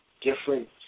different